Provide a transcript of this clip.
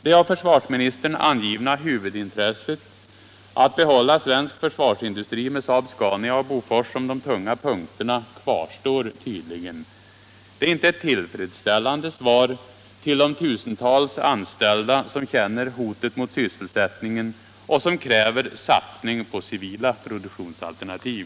Det av försvarsministern angivna huvudintresset att behålla svensk försvarsindustri med SAAB-SCANIA och Bofors som de tunga punkterna kvarstår tydligen. Det är inte ett tillfredsställande svar till de tusentals anställda som känner hotet mot sysselsättningen och som kräver satsning på civila produktionsalternativ.